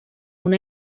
una